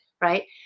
right